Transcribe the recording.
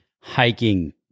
hiking